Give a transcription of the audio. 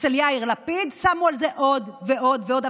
אצל יאיר לפיד, שמו על זה עוד ועוד ועוד.